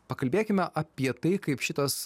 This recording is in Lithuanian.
pakalbėkime apie tai kaip šitas